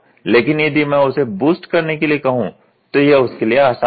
लेकिन यदि मैं उसे बूस्ट करने के लिए कहूं तो यह उसके लिए आसान होगा